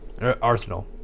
arsenal